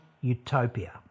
utopia